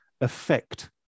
affect